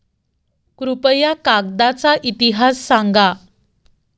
कृपया कागदाचा इतिहास सांगा